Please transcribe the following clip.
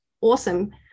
awesome